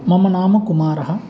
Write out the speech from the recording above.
मम नाम कुमारः